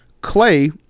Clay